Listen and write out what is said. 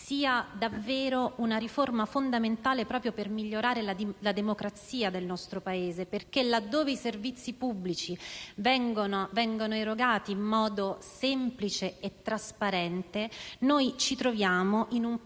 sia davvero fondamentale per migliorare la democrazia del nostro Paese, perché laddove i servizi pubblici vengono erogati in modo semplice e trasparente ci troviamo in un